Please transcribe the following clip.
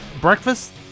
breakfast